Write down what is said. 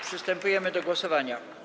Przystępujemy do głosowania.